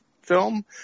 film